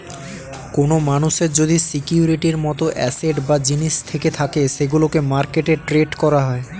কোন মানুষের যদি সিকিউরিটির মত অ্যাসেট বা জিনিস থেকে থাকে সেগুলোকে মার্কেটে ট্রেড করা হয়